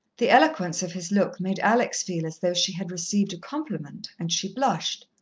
the eloquence of his look made alex feel as though she had received a compliment, and she blushed.